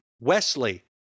Wesley